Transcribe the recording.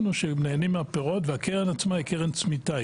הוא שהם נהנים מהפירות הקרן עצמה היא קרן צמיתה,